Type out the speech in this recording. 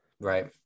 right